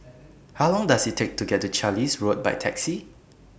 How Long Does IT Take to get to Carlisle Road By Taxi